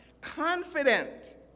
confident